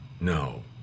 no